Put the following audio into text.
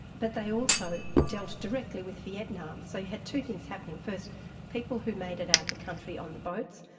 but they also dealt directly with vietnam. so you had two things happening, first people who made it out of the country on the boats,